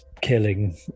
killing